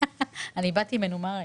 באתי היום מנומר.